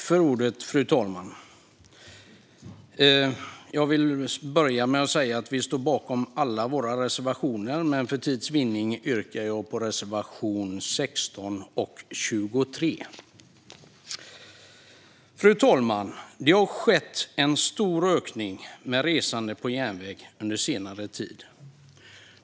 Fru talman! Jag vill börja med att säga att vi står bakom alla våra reservationer, men för tids vinnande yrkar jag endast på reservationerna 16 och 23. Fru talman! Det har skett en stor ökning av resande på järnväg under senare tid.